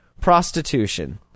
Prostitution